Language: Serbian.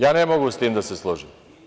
Ja ne mogu s tim da se složim.